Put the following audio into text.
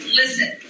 listen